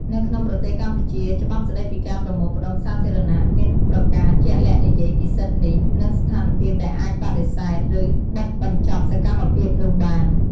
នៅក្នុងប្រទេសកម្ពុជា ច្បាប់ស្តីពីការប្រមូលផ្ដុំសាធារណៈ មានប្រការជាក់លាក់និយាយពីសិទ្ធិនេះ និងស្ថានភាពដែលអាចបដិសេធ ឬ បិទបញ្ចប់សកម្មភាពនោះបាន។